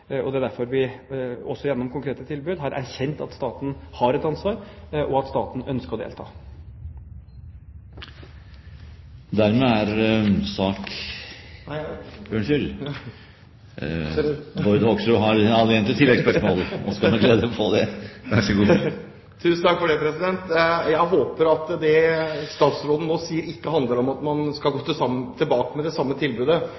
Det er derfor vi også gjennom konkrete tilbud har erkjent at staten har et ansvar, og at staten ønsker å delta. Dermed er sak …, unnskyld. Bård Hoksrud har anledning til tilleggsspørsmål, og skal få det. Vær så god. Tusen takk for det, president. Jeg håper at det statsråden nå sier, ikke handler om at man skal komme tilbake med det samme tilbudet,